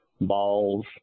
balls